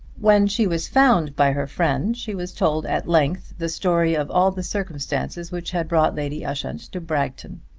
when she was found by her friend she was told at length the story of all the circumstances which had brought lady ushant to bragton.